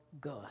good